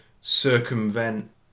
circumvent